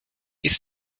ist